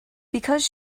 because